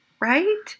right